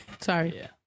Sorry